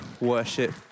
worship